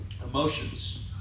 emotions